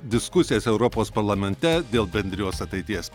diskusijas europos parlamente dėl bendrijos ateities